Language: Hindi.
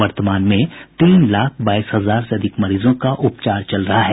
वर्तमान में तीन लाख बाईस हजार से अधिक मरीजों का उपचार चल रहा है